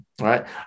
right